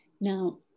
Now